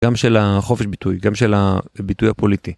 גם של החופש ביטוי, גם של הביטוי הפוליטי.